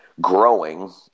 growing